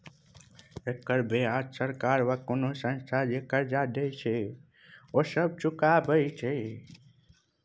एकर बियाज सरकार वा कुनु संस्था जे कर्जा देत छैथ ओ सब चुकाबे छै